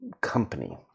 company